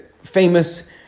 famous